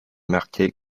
marqué